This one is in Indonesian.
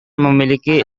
memiliki